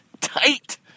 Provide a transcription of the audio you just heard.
tight